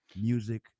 music